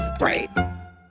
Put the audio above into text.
right